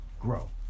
grow